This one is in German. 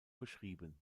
beschrieben